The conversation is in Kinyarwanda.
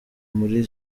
muri